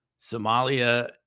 Somalia